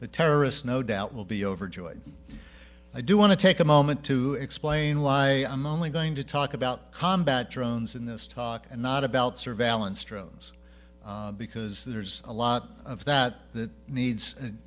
the terrorists no doubt will be overjoyed i do want to take a moment to explain why i'm only going to talk about combat drones in this talk and not about surveillance drones because there's a lot of that that needs